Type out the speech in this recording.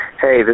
Hey